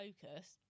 focus